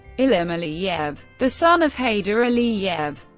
ilham aliyev, the son of heydar aliyev,